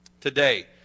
today